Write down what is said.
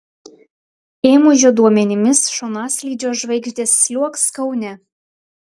ėmužio duomenimis šonaslydžio žvaigždės sliuogs kaune